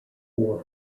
for